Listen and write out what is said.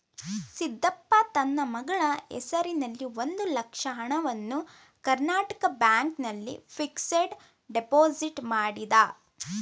ಸಿದ್ದಪ್ಪ ತನ್ನ ಮಗಳ ಹೆಸರಿನಲ್ಲಿ ಒಂದು ಲಕ್ಷ ಹಣವನ್ನು ಕರ್ನಾಟಕ ಬ್ಯಾಂಕ್ ನಲ್ಲಿ ಫಿಕ್ಸಡ್ ಡೆಪೋಸಿಟ್ ಮಾಡಿದ